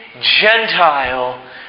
Gentile